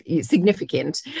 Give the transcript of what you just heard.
significant